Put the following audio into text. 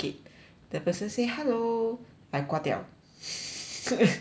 the person say hello I 挂掉